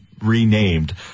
renamed